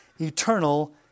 Eternal